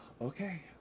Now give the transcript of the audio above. okay